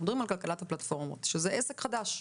אנחנו מדברים על כלכלת הפלטפורמות, שזה עסק חדש.